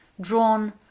drawn